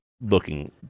looking